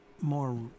more